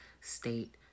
state